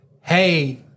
hey